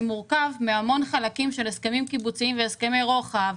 מורכב מהמון חלקים של הסכמים קיבוציים והסכמי רוחב,